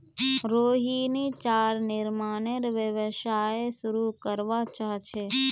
रोहिणी चारा निर्मानेर व्यवसाय शुरू करवा चाह छ